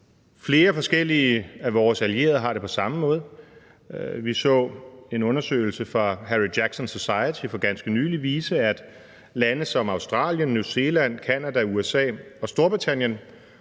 Flere forskellige af vores allierede har det på samme måde. Vi så en undersøgelse fra Henry Jackson Society for ganske nylig vise, at lande som Australien, New Zealand, Canada, USA og Storbritannien